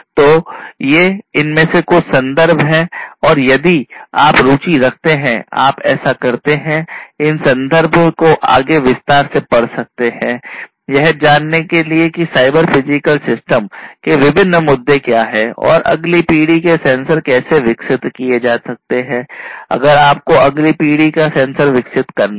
तो ये इनमें से कुछ संदर्भ हैं और यदि आप रुचि रखते हैं आप ऐसा कर सकते हैं इन संदर्भ को आगे विस्तार से पढ़ सकते हैं यह जानने के लिए कि साइबर फिजिकल सिस्टम के विभिन्न मुद्दे क्या हैं और अगली पीढ़ी के सेंसर कैसे विकसित किए जा सकते हैं अगर आपको अगले पीढ़ी सेंसर विकसित करना है